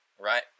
right